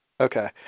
Okay